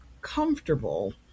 comfortable